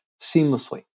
seamlessly